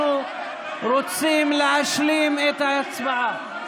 אנחנו רוצים להשלים את ההצבעה.